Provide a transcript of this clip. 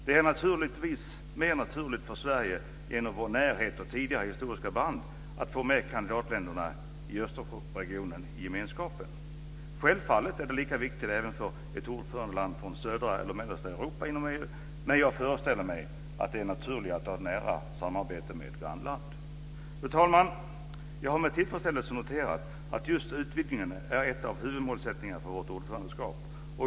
Det är naturligtvis mer naturligt för Sverige, genom vår närhet och våra tidigare historiska band, att få med kandidatländerna i Östersjöregionen i gemenskapen. Självfallet är det lika viktigt för ett ordförandeland i södra eller mellersta Europa inom EU, men jag föreställer mig att det är naturligare att ha nära samarbete med ett grannland. Fru talman! Jag har med tillfredsställelse noterat att just utvidgningen är en av huvudmålsättningarna för vårt ordförandeskap.